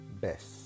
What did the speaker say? best